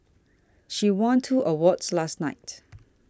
she won two awards last night